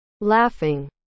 Laughing